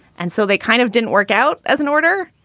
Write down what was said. and so they kind of didn't work out as an order.